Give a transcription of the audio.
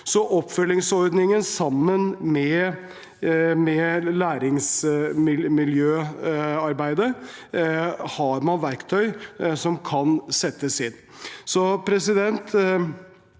oppfølgingsordningen og læringsmiljøarbeidet har man verktøy som kan settes inn.